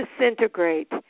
disintegrate